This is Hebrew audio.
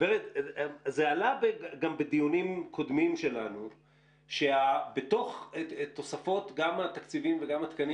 שזה היה מבנים נטושים שהכשרנו אותם לטובת הטיפול בחולי